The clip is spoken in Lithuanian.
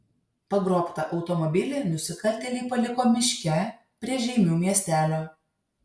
pagrobtą automobilį nusikaltėliai paliko miške prie žeimių miestelio